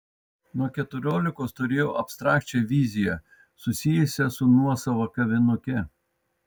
nuo keturiolikos turėjau abstrakčią viziją susijusią su nuosava kavinuke